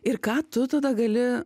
ir ką tu tada gali